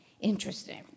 interesting